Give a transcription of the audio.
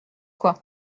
quoi